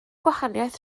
gwahaniaeth